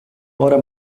hora